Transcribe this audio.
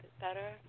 better